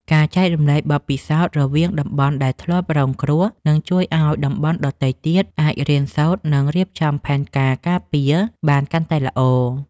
ការចែករំលែកបទពិសោធន៍រវាងតំបន់ដែលធ្លាប់រងគ្រោះនឹងជួយឱ្យតំបន់ដទៃទៀតអាចរៀនសូត្រ និងរៀបចំផែនការការពារបានកាន់តែល្អ។